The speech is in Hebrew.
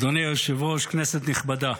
אדוני היושב-ראש, כנסת נכבדה,